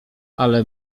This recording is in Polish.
ale